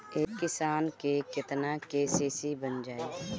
एक किसान के केतना के.सी.सी बन जाइ?